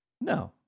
No